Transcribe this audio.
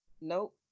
Nope